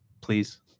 please